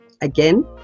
again